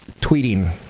tweeting